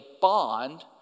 bond